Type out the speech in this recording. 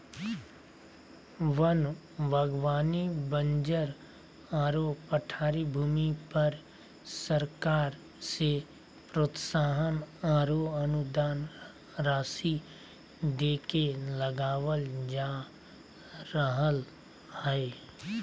वन बागवानी बंजर आरो पठारी भूमि पर सरकार से प्रोत्साहन आरो अनुदान राशि देके लगावल जा रहल हई